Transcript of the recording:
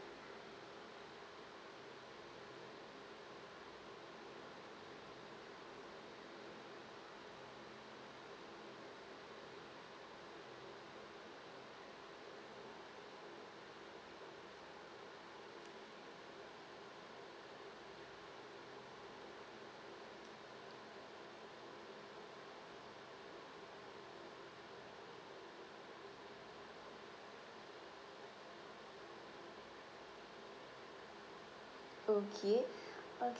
okay err